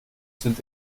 sind